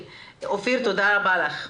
אופיר, תודה רבה לך.